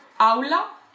Aula